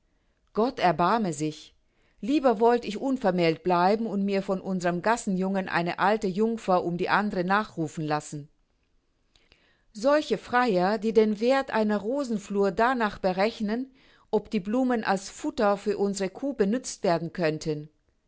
gott erbarme sich lieber wollt ich unvermählt bleiben und mir von unsern gassenjungen eine alte jungfer um die andere nachrufen lassen solche freier die den werth einer rosenflur danach berechnen ob die blumen als futter für unsere kuh benützt werden könnten